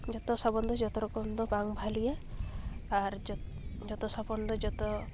ᱡᱚᱛᱚ ᱥᱟᱵᱚᱱ ᱫᱚ ᱡᱚᱛᱚᱨᱚᱠᱚᱢ ᱫᱚ ᱵᱟᱝ ᱵᱷᱟᱞᱤᱭᱟ ᱟᱨ ᱡᱚᱛᱚ ᱥᱟᱵᱚᱱ ᱫᱚ ᱡᱚᱛᱚ